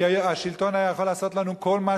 כי השלטון היה יכול לעשות לנו כל מה